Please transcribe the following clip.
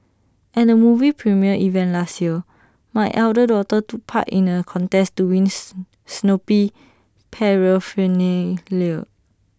and A movie premiere event last year my elder daughter took part in A contest to wins Snoopy Paraphernalia